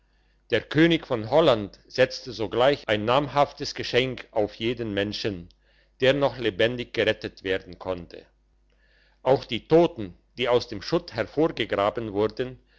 der könig von holland setzte sogleich ein namhaftes geschenk auf jeden menschen der noch lebendig gerettet werden konnte auch die toten die aus dem schutt hervorgegraben wurden